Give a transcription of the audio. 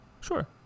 Sure